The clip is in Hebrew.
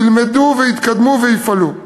ילמדו ויתקדמו ויפעלו.